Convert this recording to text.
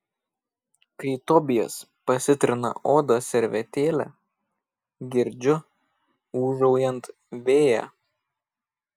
kai tobijas pasitrina odą servetėle girdžiu ūžaujant vėją